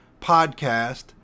podcast